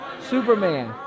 Superman